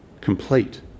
complete